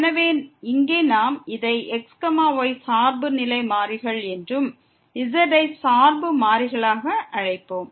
எனவே இங்கே நாம் இதை xy சார்பு நிலை மாறிகள் என்றும் z ஐ சார்பு மாறிகளாக அழைப்போம்